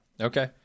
Okay